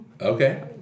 Okay